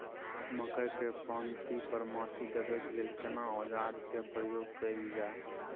मकई के पाँति पर माटी देबै के लिए केना औजार के प्रयोग कैल जाय?